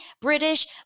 British